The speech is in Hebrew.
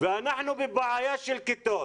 ואנחנו בבעיה של כיתות